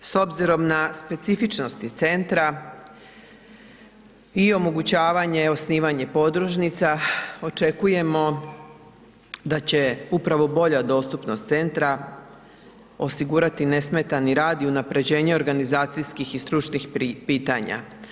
S obzirom na specifičnosti centra i omogućavanje osnivanja podružnica očekujemo da će upravo bolja dostupnost centra osigurati nesmetani rad i unapređenje organizacijskih i stručnih pitanja.